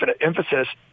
emphasis